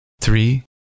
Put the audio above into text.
three